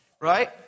Right